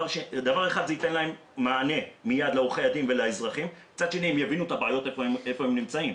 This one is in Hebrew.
זה ייתן מענה מיד לעורכי הדין ולאזרחים והם יבינו איפה הם נמצאים.